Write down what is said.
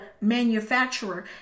manufacturer